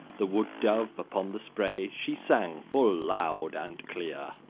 the woode-dove upon the spray she sang full loud and clear.